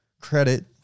Credit